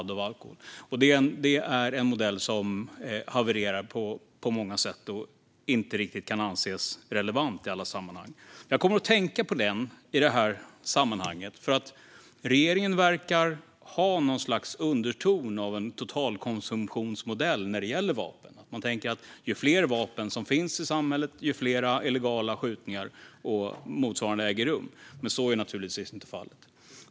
Denna modell havererar på många sätt och kan inte riktigt anses relevant i alla sammanhang. Jag kom dock att tänka på den i detta sammanhang, för regeringen verkar ha ett slags underton av en totalkonsumtionsmodell när det gäller vapen. Man verkar tänka att ju fler vapen som finns i samhället, desto fler illegala skjutningar och motsvarande äger rum. Men så är givetvis inte fallet.